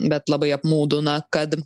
bet labai apmaudu na kad